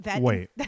wait